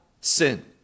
sin